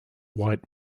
white